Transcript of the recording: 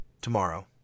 tomorrow